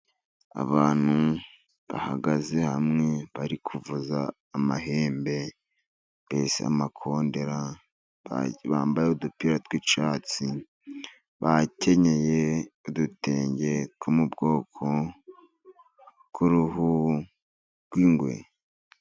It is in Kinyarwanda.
Abantu bahagaze hamwe bari kuvuza amahembe mbese amakondera. Bambaye udupira twi'icyatsi bakenyeye, udutenge two mu bwoko tw'uruhu rw'ingwe.